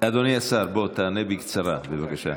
אדוני השר, בוא תענה בקצרה, בבקשה.